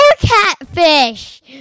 catfish